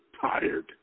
tired